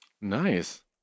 Nice